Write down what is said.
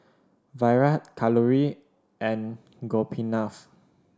Virat Kalluri and Gopinath